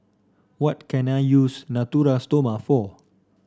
what can I use Natura Stoma for